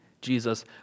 Jesus